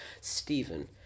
Stephen